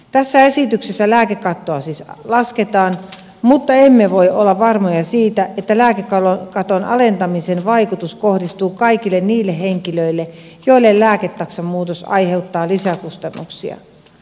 tässä esityksessä lääkekattoa siis lasketaan mutta emme voi olla varmoja siitä että lääkekaton alentamisen vaikutus kohdistuu kaikkiin niihin henkilöihin joille lääketaksan muutos aiheuttaa lisäkustannuksia